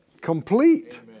complete